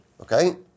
okay